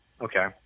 okay